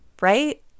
right